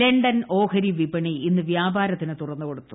London ഓഹരി വിപണി ഇന്ന് വ്യാപാരത്തിന് തുറന്നുകൊടുത്തു